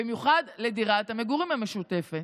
ובמיוחד לדירת המגורים המשותפת,